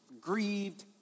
grieved